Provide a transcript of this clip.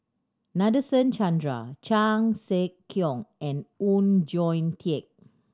Nadasen Chandra Chan Sek Keong and Oon Jin Teik